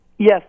Yes